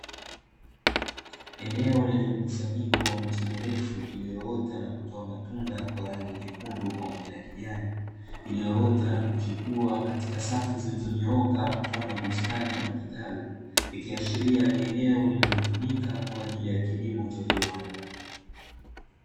Eneo lenye mkusanyiko wa miche mirefu iliyoota na kutoa matunda kwa rangi nyekundu pamoja na kijani, iliyoota na kuchipua katika safu zilizonyooka mfano wa bustani ama kitalu, ikiashiria ni eneo linalotumika kwa ajili ya kilimo cha viwanda.